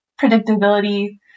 predictability